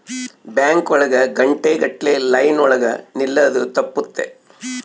bank ಒಳಗ ಗಂಟೆ ಗಟ್ಲೆ ಲೈನ್ ಒಳಗ ನಿಲ್ಲದು ತಪ್ಪುತ್ತೆ